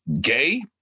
gay